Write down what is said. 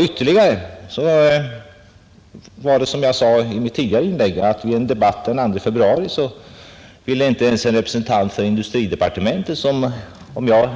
Därtill kommer som jag framhöll i mitt tidigare inlägg att i en debatt den 2 februari —